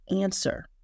answer